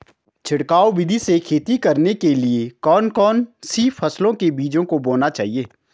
छिड़काव विधि से खेती करने के लिए कौन कौन सी फसलों के बीजों को बोना चाहिए?